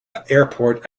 airport